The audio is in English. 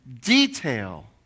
detail